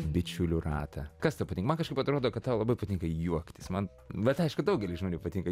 bičiulių ratą kas tau patinka man kažkaip atrodo kad tau labai patinka juoktis man bet aišku daugeliui žmonių patinka